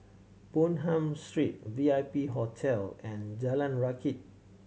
Bonham Street V I P Hotel and Jalan Rakit